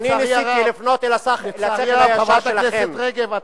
אני ניסיתי לפנות אל השכל הישר שלכם.